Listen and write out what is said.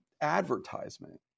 advertisement